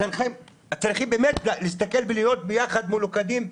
צריכים באמת להסתכל יחד ולהיות מלוכדים,